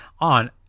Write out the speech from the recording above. on